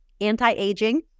Anti-aging